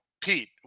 pete